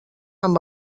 amb